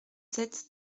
sept